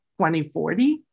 2040